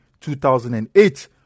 2008